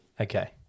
Okay